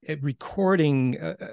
recording